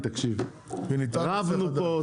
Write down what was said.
תקשיב: רבנו פה,